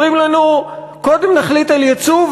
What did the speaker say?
אומרים לנו: קודם נחליט על ייצוא,